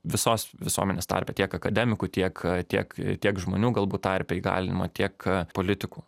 visos visuomenės tarpe tiek akademikų tiek tiek tiek žmonių galbūt tarpe ji galima tiek politikų